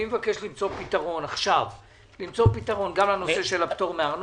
אני מבקש למצוא פתרון עכשיו גם לנושא של הפטור מארנונה,